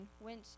went